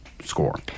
score